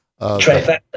trifecta